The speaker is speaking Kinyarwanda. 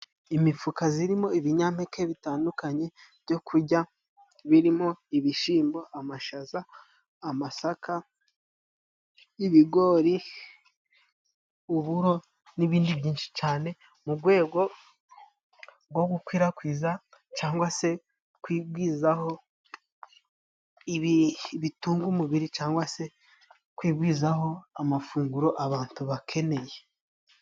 Imifuka zirimo ibinyampeke bitandukanye byo kuya birimo ibishimbo, amashaza, amasaka, ibigori, uburo n'ibindi byinshi cane mu gwego go gukwirakwiza cangwa se kwigwizaho bitunga umubiri cangwa se kwigwizaho amafunguro abantu bakeneye.